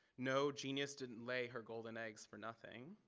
no genius didn't lay her golden eggs for nothing.